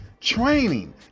Training